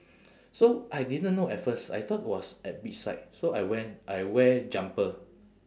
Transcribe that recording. so I didn't know at first I thought was at beach side so I wear I wear jumper